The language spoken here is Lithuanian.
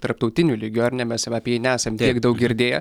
tarptautiniu lygiu ar ne mes apie jį nesam tiek daug girdėję